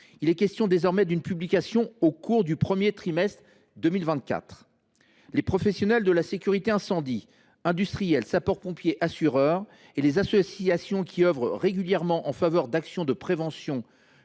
Il est question désormais d’une publication au cours du premier trimestre 2024… Les professionnels de la sécurité incendie – industriels, sapeurs pompiers, assureurs – et les associations qui œuvrent régulièrement en faveur d’actions de prévention